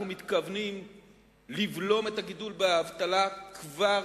אנחנו מתכוונים לבלום את הגידול באבטלה כבר